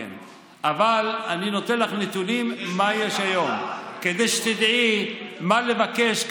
אבל אני נותן לך נתונים מה יש היום כדי שתדעי מה לבקש,